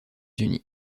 unis